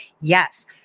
Yes